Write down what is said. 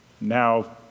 now